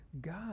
God